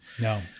No